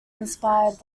inspired